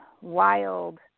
wild